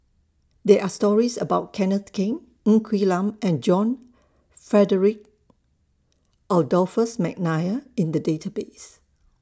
There Are stories about Kenneth Keng Ng Quee Lam and John Frederick Adolphus Mcnair in The Database